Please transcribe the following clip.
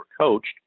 coached